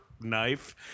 Knife